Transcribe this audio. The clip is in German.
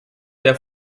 der